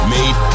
Made